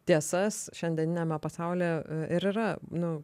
tiesas šiandieniniame pasauly ir yra nu